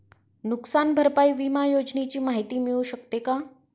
नुकसान भरपाई विमा योजनेची माहिती मिळू शकते का?